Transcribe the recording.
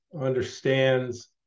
understands